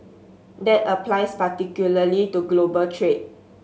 that applies particularly to global trade